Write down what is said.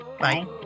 Bye